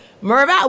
Merv